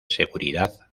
seguridad